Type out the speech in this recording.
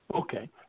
Okay